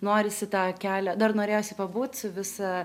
norisi tą kelią dar norėjosi pabūti su visa